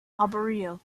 arboreal